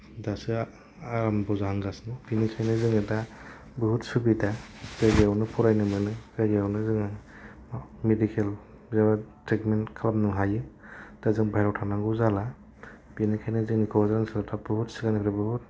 दासो आराम्भ' जाहांगासिनो बिनिखायनो जोङो दा बुहुद सुबिदा जायगायावनो फरायनो मोनो जायगायावनो जोङो मेडिकेल बेयाव त्रितमेन्त खालामनो हायो दा जों बाहेराव थांनांगौ जाला बेनिखायनो जोंनि क'क्राझार ओनसोला दा बुहुद सिगांनिख्रुय बुहुद